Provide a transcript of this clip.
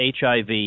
HIV